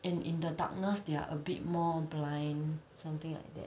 and in the darkness they are a bit more blind something like that